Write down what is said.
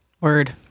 Word